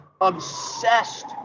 obsessed